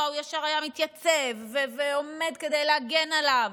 הוא ישר היה מתייצב ועומד כדי להגן עליו,